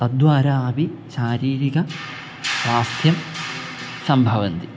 तद्वारा अपि शारीरिक स्वास्थ्यं सम्भवन्ति